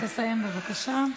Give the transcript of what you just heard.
תסיים, בבקשה.